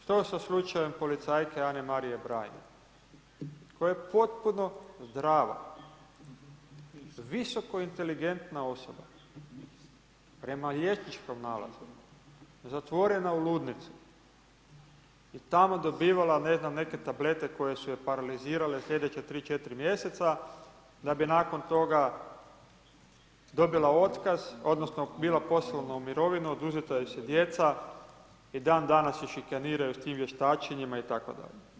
Što sa slučajem policajke Ane Marije Braim koja je potpuno zdrava, visoko inteligentna osoba, prema liječničkom nalazu zatvorena u ludnicu i tamo dobivala ne znam, neke tablete koje su je paralizirale u slijedeća 3, 4 mj. da bi nakon toga dobila otkaz, odnosno bila poslovno u mirovini, oduzeta su joj djeca, i dandanas ju šikaniraju sa tim vještačenjima itd.